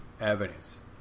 evidence